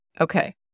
Okay